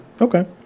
okay